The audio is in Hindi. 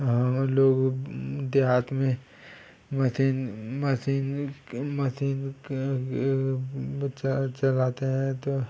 लोग देहात में मशीन मशीन मशीन चला चलाते हैं तो